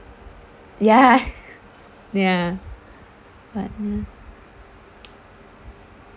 ya ya